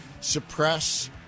suppress